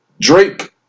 Drake